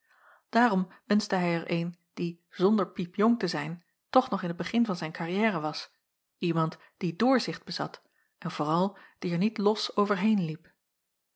daarom wenschte hij er een die zonder piepjong te zijn toch nog in het begin van zijn carrière was iemand die doorzicht bezat en vooral die er niet los overheen liep